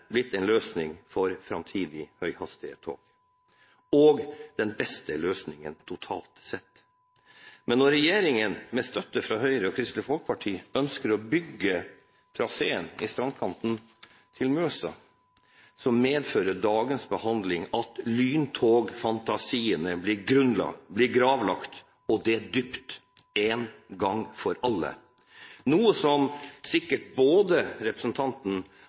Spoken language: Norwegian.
blitt en løsning for framtidig høyhastighetstog, og den beste løsningen totalt sett. Men når regjeringen, med støtte fra Høyre og Kristelig Folkeparti, ønsker å bygge traseen i strandkanten til Mjøsa, medfører dagens behandling at lyntogfantasiene blir gravlagt, og det dypt en gang for alle – noe sikkert både representanten